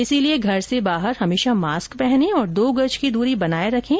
इसीलिए घर से बाहर हमेशा मास्क पहने और दो गज की दूरी बनाए रखें